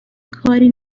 کاری